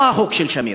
או החוק של שמיר.